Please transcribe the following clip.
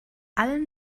allen